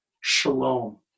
shalom